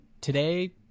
today